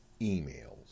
emails